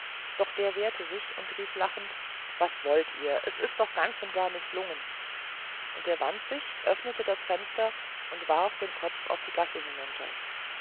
doch der wehrte sich und rief lachend was wollt ihr es ist doch ganz und gar mißlungen und er wand sich los öffnete das fenster und warf den kopf auf die gasse hinunter